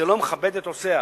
זה לא מכבד את עושיה.